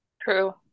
true